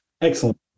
excellent